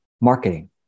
marketing